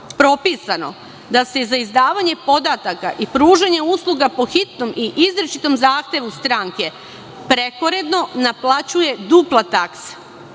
propisao da se za izdavanje podataka i pružanje usluga po hitnom i izričitom zahtevu stranke prekoredno naplaćuje dupla taksa.